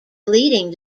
deleting